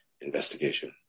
investigation